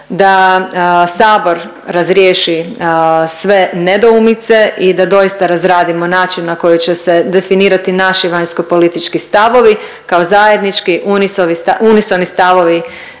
da Sabor razriješi sve nedoumice i da doista razradimo način na koji će se definirati naši vanjskopolitički stavovi kao zajednički unisoni stavovi